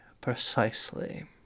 precisely